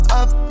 up